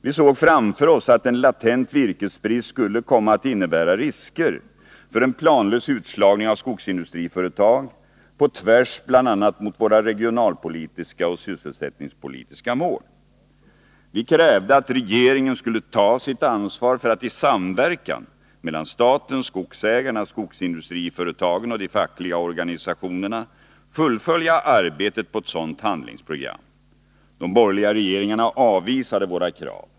Vi såg framför oss att en latent virkesbrist skulle komma att innebära risker för en planlös utslagning av skogsindustriföretag, på tvärs bl.a. mot våra regionalpolitiska och sysselsättningspolitiska mål. Vi krävde att regeringen skulle ta sitt ansvar för att i samverkan mellan staten och skogsägarna och skogsindustriföretagen och de fackliga organisationerna fullfölja arbetet på ett sådant handlingsprogram. De borgerliga regeringarna avvisade våra krav.